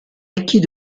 acquis